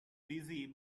busy